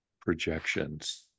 projections